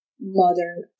modern